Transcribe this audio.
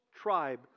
tribe